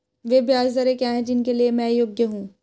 वे ब्याज दरें क्या हैं जिनके लिए मैं योग्य हूँ?